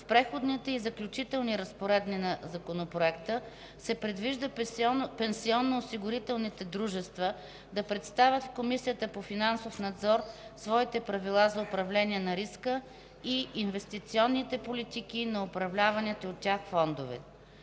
в Преходните и заключителни разпоредби на Законопроекта се предвижда пенсионноосигурителните дружества да представят в Комисията за финансов надзор своите правила за управление на риска и инвестиционните политики на управляваните от тях фондове.